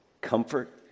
comfort